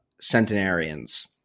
centenarians